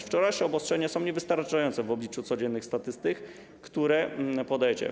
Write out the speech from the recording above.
Wczorajsze obostrzenia są niewystarczające w obliczu codziennych statystyk, które podajecie.